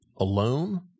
alone